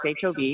HOV